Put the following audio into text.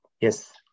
Yes